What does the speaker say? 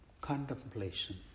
contemplation